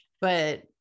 But-